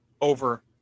over